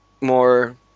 more